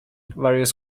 various